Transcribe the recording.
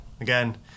again